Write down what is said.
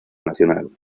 nacional